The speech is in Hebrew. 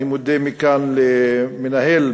אני מודה מכאן למנהל,